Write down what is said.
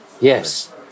Yes